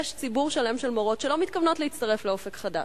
יש ציבור שלם של מורות שלא מתכוונות להצטרף ל"אופק חדש".